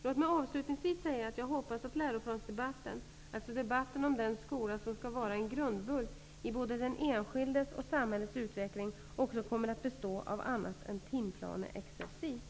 Låt mig avslutningsvis säga att jag hoppas att läroplansdebatten, alltså debatten om den skola som skall vara en grundbult i både den enskildes och samhällets utveckling, också kommer att bestå av annat än timplaneexercis.